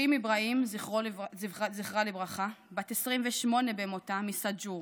רים אבראהים, זכרה לברכה, בת 28 במותה, מסאג'ור,